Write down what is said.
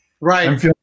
Right